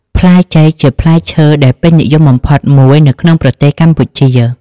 ផ្លែចេក ជាផ្លែឈើដែលពេញនិយមបំផុតមួយនៅក្នុងប្រទេសកម្ពុជា។